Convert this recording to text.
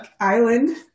island